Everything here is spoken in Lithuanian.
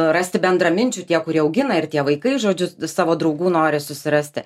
rasti bendraminčių tie kurie augina ir tie vaikai žodžiu savo draugų nori susirasti